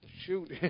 shoot